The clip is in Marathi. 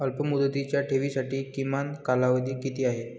अल्पमुदतीच्या ठेवींसाठी किमान कालावधी किती आहे?